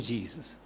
Jesus